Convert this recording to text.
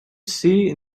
see